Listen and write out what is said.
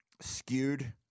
skewed